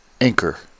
Anchor